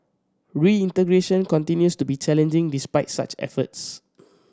reintegration continues to be challenging despite such efforts